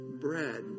bread